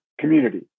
community